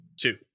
Two